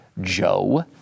Joe